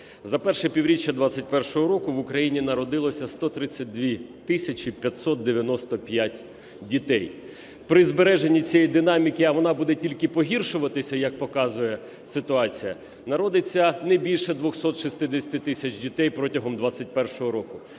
За перше півріччя 21-го року в Україні народилося 132 тисячі 595 дітей. При збереженні цієї динаміки, а вона буде тільки погіршуватися, як показує ситуація, народиться не більше 260 тисяч дітей протягом 21-го року.